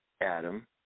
Adam